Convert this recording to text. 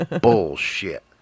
Bullshit